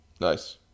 Nice